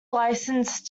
license